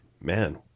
Man